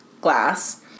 glass